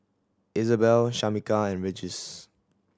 Isabel Shamika and Regis